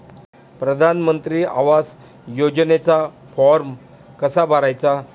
प्रधानमंत्री आवास योजनेचा फॉर्म कसा भरायचा?